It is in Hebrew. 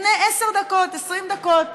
לפני עשר דקות, 20 דקות.